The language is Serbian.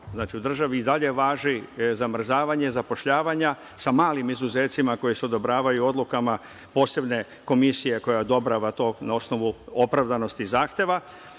Znači, u državi i dalje važi zamrzavanje zapošljavanja, sa malim izuzecima koji se odobravaju odlukama posebne komisije koja odobrava to na osnovu opravdanosti zahteva.